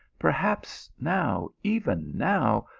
perhaps now, even now,